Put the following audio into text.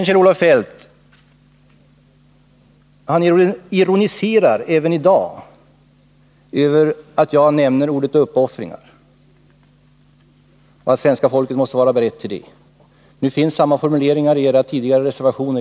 Kjell-Olof Feldt ironiserar även i dag över att jag nämner ordet uppoffringar och talar om att svenska folket måste vara berett till sådana. Nu vet jag att det finns samma formuleringar i era tidigare reservationer.